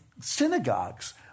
synagogues